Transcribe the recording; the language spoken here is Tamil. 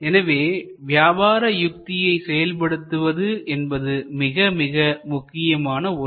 எனவே வியாபார யுத்தியை செயல்படுத்துவது என்பது மிக மிக முக்கியமான ஒன்று